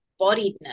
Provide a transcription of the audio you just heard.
bodiedness